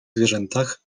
zwierzętach